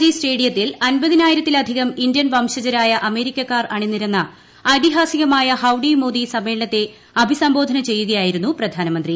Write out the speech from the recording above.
G സ്റ്റേഡിയത്തിൽ അമ്പതിനായിരത്തിലധികം Indian വംശജരായ അമേരിക്കക്കാർ അണിനിരന്ന ഐതിഹാസികമായ ഹൌഡി മോദി സമ്മേളനത്തെ അഭിസംബോധന ചെയ്യുകയായിരുന്നു പ്രധാനമന്ത്രി